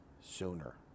sooner